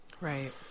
right